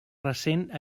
recent